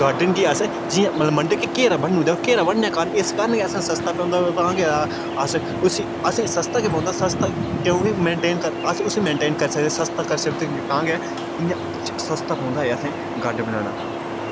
garden गी अस जियां मतलब मन्नदे जि'यां घेरा बन्नु उड़दे घेरा बनने कारण इस कारण गै असें सस्ता पौंदा तां गै अस उसी असेंगी सस्ता गै पौंदा सस्ता क्योंकि मेनटेन करी अस उसी मेनटेन करी सकदे सस्ता करी सकदे तां गै इयां सस्ता पौंदा ऐ असेंगी गार्डेन बनाना